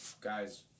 guys